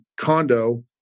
condo